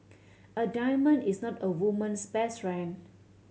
a diamond is not a woman's best friend